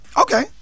Okay